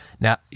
now